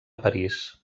parís